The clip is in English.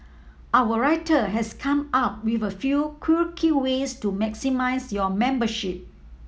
our writer has come up with a few quirky ways to maximise your membership